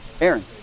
Aaron